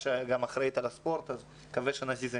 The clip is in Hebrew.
שאחראית על הספורט ואני מקווה שנזיז עניינים.